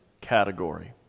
category